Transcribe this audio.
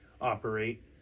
operate